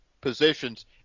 positions